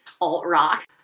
alt-rock